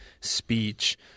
speech